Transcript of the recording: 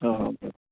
हो ओके